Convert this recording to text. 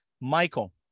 michael